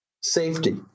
safety